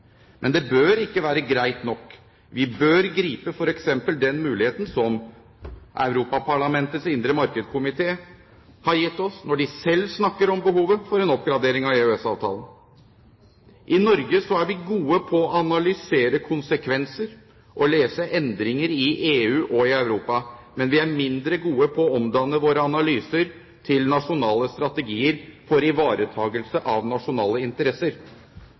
Men det bør ikke være greit nok. Vi bør gripe f.eks. den muligheten som Europaparlamentets komité for det indre marked har gitt oss når de selv snakker om behovet for en oppgradering av EØS-avtalen. I Norge er vi gode på å analysere konsekvenser og lese endringer i EU og i Europa, men vi er mindre gode på å omdanne våre analyser til nasjonale strategier for ivaretakelse av nasjonale interesser.